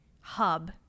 hub